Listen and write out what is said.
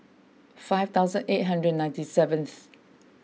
five thousand eight hundred ninety seventh